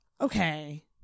Okay